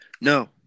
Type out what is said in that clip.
No